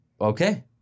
okay